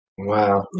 Wow